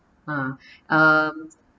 ha um